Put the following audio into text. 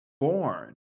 born